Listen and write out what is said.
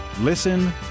Listen